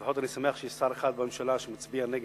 לפחות אני שמח שיש שר אחד בממשלה שהצביע נגד,